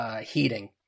heating